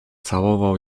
całował